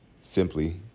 Simply